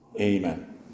Amen